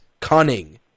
cunning